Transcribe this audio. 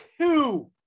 two